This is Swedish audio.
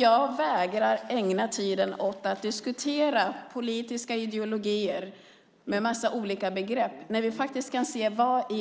Jag vägrar ägna tid åt att diskutera politiska ideologier med en massa olika begrepp när vi kan se